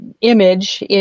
image